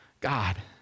God